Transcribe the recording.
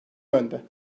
yönde